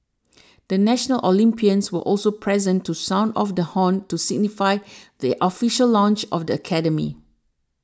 the national Olympians were also present to sound off the horn to signify the official launch of the academy